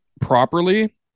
properly